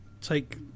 take